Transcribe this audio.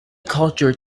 cultured